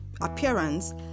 appearance